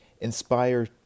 Inspire